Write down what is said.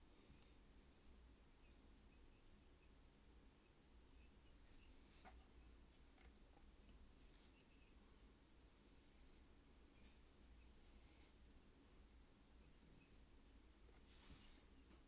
so